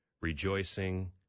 Rejoicing